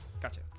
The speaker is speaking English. Gotcha